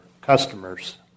customers